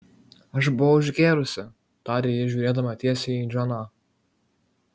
aš buvau išgėrusi tarė ji žiūrėdama tiesiai į džoną